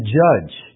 judge